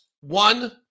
One